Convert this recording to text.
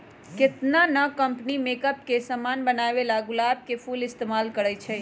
केतना न company makeup के समान बनावेला गुलाब के फूल इस्तेमाल करई छई